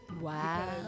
Wow